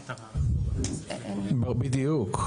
בדיוק.